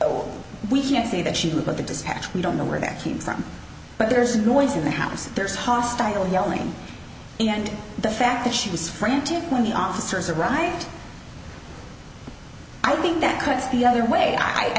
oh we can see that she looked at the dispatch we don't know where that came from but there's a noise in the house there's hostile yelling and the fact that she was frantic when the officers arrived i think that cuts the other way i